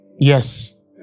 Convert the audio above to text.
Yes